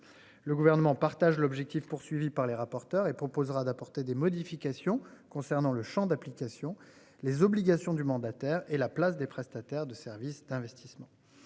Le gouvernement partage l'objectif poursuivi par les rapporteurs et proposera d'apporter des modifications concernant le Champ d'application les obligations du mandataire et la place des prestataires de services d'investissement.